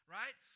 right